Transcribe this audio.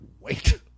wait